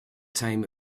time